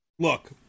Look